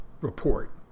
report